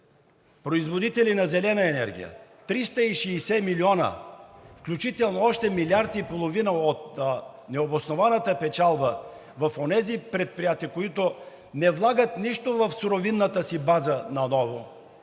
производители на зелена енергия 360 милиона, включително още 1,5 милиарда от необоснованата печалба в онези предприятия, които не влагат нищо в суровинната си база, наново